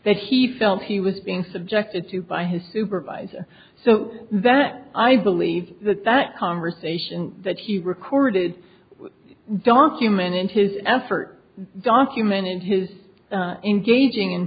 that he felt he was being subjected to by his supervisor so that i believe that that conversation that he recorded documented in his effort documented his engaging in